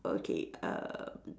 okay um